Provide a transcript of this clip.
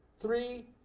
three